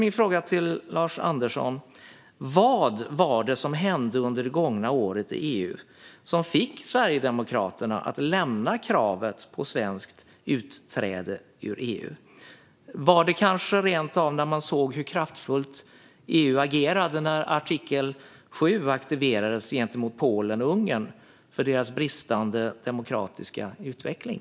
Min fråga till Lars Andersson är därför: Vad var det som under det gångna året hände i EU som fick Sverigedemokraterna att lämna kravet på svenskt utträde ur EU? Var det kanske rent av när man såg hur kraftfullt EU agerade när artikel 7 aktiverades gentemot Polen och Ungern för deras bristande demokratiska utveckling?